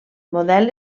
model